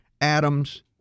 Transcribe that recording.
Adams